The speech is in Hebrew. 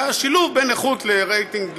והשילוב בין איכות לרייטינג,